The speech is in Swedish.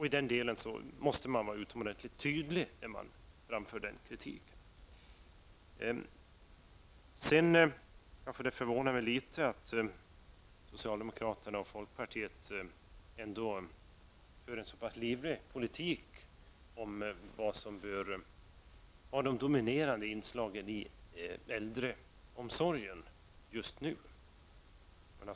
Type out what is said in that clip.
I den delen måste man vara utomordentligt tydlig när man framför kritik. Sedan förvånar det mig litet att socialdemokraterna och folkpartiet för en så pass livlig polemik om vad som bör vara de dominerande inslagen i äldreomsorgen just nu.